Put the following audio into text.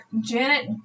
Janet